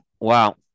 Wow